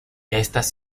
estas